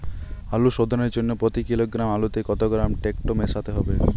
আলু শোধনের জন্য প্রতি কিলোগ্রাম আলুতে কত গ্রাম টেকটো মেশাতে হবে?